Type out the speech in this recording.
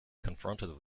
confronted